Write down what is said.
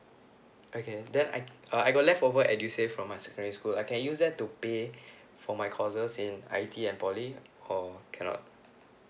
okay that I uh I got leftover edusave from my secondary school I can use that to pay for my courses in I_T and poly or cannot